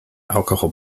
alcohol